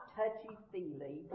touchy-feely